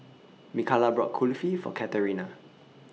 Mikala bought Kulfi For Katerina